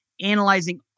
analyzing